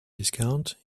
discount